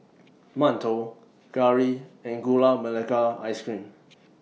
mantou Curry and Gula Melaka Ice Cream